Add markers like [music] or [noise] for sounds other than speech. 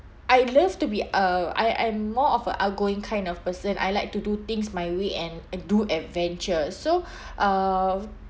I love to be uh I~ I'm more of a outgoing kind of person I like to do things my way and and do adventures so [breath] uh